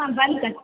हाँ बन सक